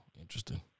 interesting